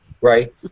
Right